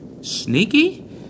Sneaky